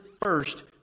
first